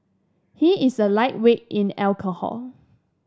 he is a lightweight in alcohol